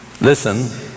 listen